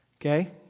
okay